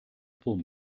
couple